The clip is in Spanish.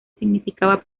significaba